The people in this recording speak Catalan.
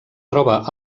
troba